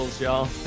y'all